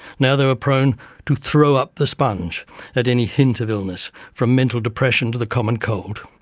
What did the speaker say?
now they were prone to throw up the sponge at any hint of illness, from mental depression to the common cold.